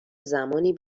زمانی